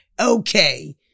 Okay